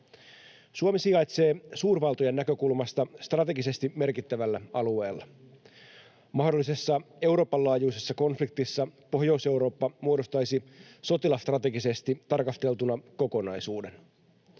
Suomi sijaitsee suurvaltojen näkökulmasta strategisesti merkittävällä alueella. Mahdollisessa Euroopan laajuisessa konfliktissa Pohjois-Eurooppa muodostaisi sotilasstrategisesti tarkasteltuna kokonaisuuden.